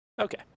Okay